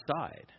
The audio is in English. side